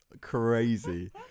crazy